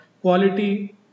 quality